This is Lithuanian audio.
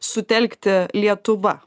sutelkti lietuva